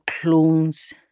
clones